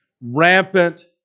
rampant